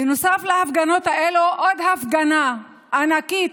בנוסף להפגנות האלו, עוד הפגנה ענקית